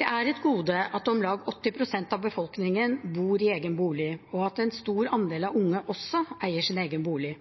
Det er et gode at om lag 80 pst. av befolkningen bor i egen bolig, og at en stor andel av unge også eier sin egen bolig.